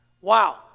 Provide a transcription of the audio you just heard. Wow